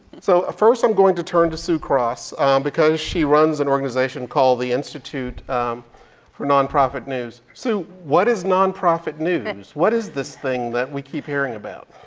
so first i'm going to turn to sue cross because she runs an organization called the institute for nonprofit news. sue, what is nonprofit news? what is this thing that we keep hearing about?